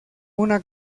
una